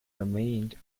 remained